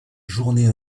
journée